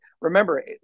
remember